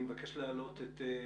זה מפני שההורים איבדו את מקום